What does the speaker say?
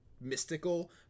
mystical